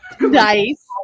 Nice